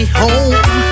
home